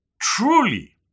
truly